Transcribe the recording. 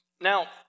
Now